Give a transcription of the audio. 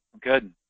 Good